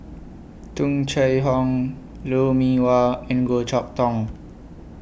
Tung Chye Hong Lou Mee Wah and Goh Chok Tong